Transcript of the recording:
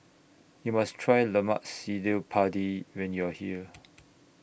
YOU must Try Lemak Cili Padi when YOU Are here